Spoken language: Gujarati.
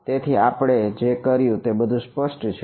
તેથી આપણે જે કર્યું તે બધું સ્પષ્ટ છે